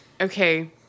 Okay